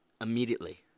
Immediately